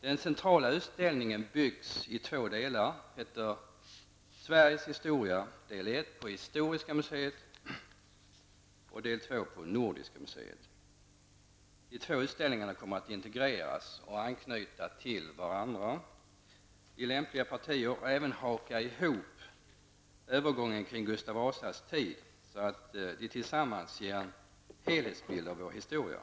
Den centrala utställningen byggs i två delar: 2 på Nordiska museet. De två utställningarna kommer att integreras och anknyta till varandra i lämpliga partier och även haka ihop övergången kring Gustav Vasas tid så att de tillsammans ger en helhetsbild av vår historia.